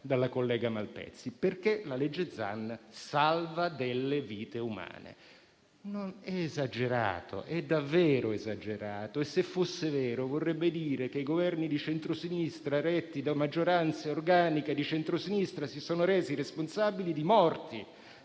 dalla collega Malpezzi è che quel testo salva delle vite umane. È esagerato, è davvero esagerato, e se fosse vero vorrebbe dire che i Governi di Centrosinistra retti da maggioranze organiche di Centrosinistra si sono resi responsabili di morti.